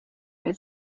weil